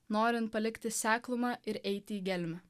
norint palikti seklumą ir eiti į gelmę